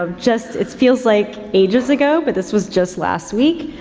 um just, it feels like ages ago, but this was just last week.